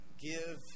give